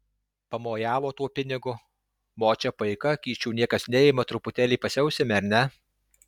pamojavo tuo pinigu močia paika kyšių čia niekas neima truputėlį pasiausime ar ne